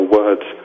words